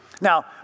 Now